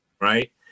right